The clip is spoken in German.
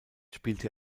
spielte